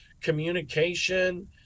communication